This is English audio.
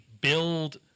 build